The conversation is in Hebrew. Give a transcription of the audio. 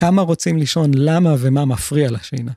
כמה רוצים לישון, למה ומה מפריע לשינה.